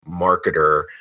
marketer